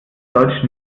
deutsch